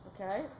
okay